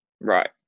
right